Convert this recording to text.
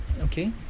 Okay